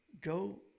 go